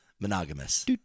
Monogamous